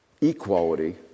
equality